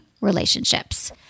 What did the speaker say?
relationships